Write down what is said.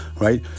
right